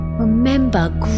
Remember